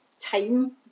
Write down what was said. time